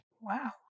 Wow